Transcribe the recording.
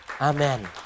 Amen